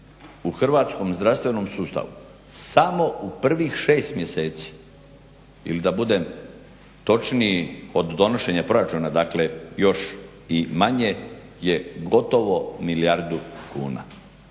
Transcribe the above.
u hrvatskom zdravstvenom sustavu samo u prvih 6 mjeseci ili da budem točniji od donošenja proračuna dakle još i manje je gotovo milijardu kuna.